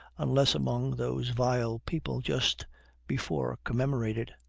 unless among those vile people just before commemorated.